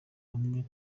bamwe